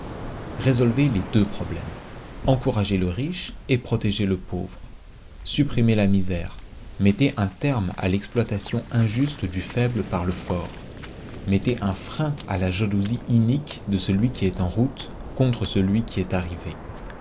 résolvez les deux problèmes encouragez le riche et protégez le pauvre supprimez la misère mettez un terme à l'exploitation injuste du faible par le fort mettez un frein à la jalousie inique de celui qui est en route contre celui qui est arrivé